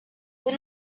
did